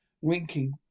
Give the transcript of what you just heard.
winking